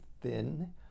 thin